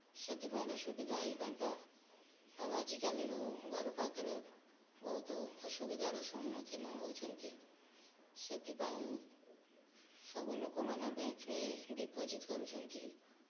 ସେଥିପାଇଁ ରେ ସୁବିଧା ହୋଇଥାନ୍ତା ଆଉ ଆଜିକାଲିର ଘର ପାଖରେ ବହୁତ ଅସୁବିଧାରେ ସମ୍ମୁଖୀନ ହେଉଛନ୍ତି ସେଥିପାଇଁ ସବୁ ଲୋକମାନେ ବ୍ୟାଙ୍କରେ ଡିପୋଜିଟ୍ କରୁଛନ୍ତି